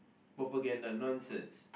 propaganda nonsense